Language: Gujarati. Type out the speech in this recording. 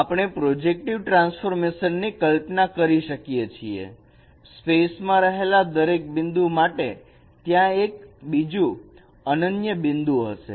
આપણે પ્રોજેક્ટિવ ટ્રાન્સફોર્મેશન ની કલ્પના કરી શકીએ છીએ સ્પેસ માં રહેલા દરેક બિંદુ માટે ત્યાં એક બીજુ અનન્ય બિંદુ હશે